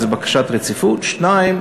בקשת רציפות, ב.